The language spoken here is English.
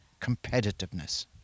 competitiveness